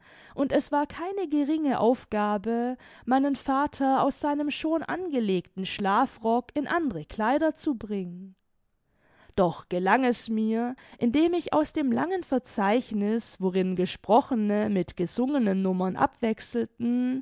und es war keine geringe aufgabe meinen vater aus seinem schon angelegten schlafrock in andere kleider zu bringen doch gelang es mir indem ich aus dem langen verzeichniß worin gesprochene mit gesungenen nummern abwechselten